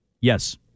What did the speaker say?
Yes